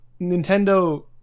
nintendo